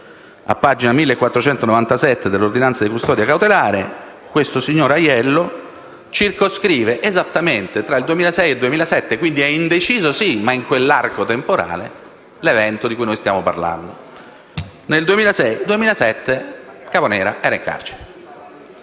a pagina 1.497 dell'ordinanza di custodia cautelare il signor Aiello circoscrive esattamente tra il 2006 e il 2007 - quindi, è sì indeciso, ma in quell'arco temporale -l'evento di cui stiamo parlando. Nel 2006-2007 Caponera era in carcere.